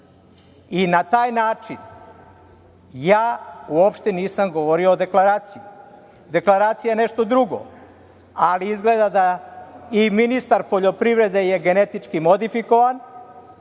i na taj način ja uopšte nisam govorio o deklaraciji. Deklaracija je nešto drugo, ali izgleda da je i ministar poljoprivrede genetički modifikovan,